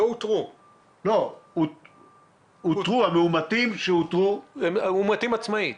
הם מאומתים עצמאית.